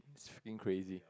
it's freaking crazy